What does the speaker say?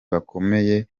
bakomeye